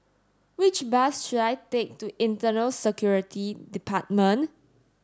which bus should I take to Internal Security Department